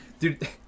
Dude